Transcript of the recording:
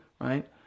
right